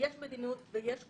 יש מדיניות ויש חוקים,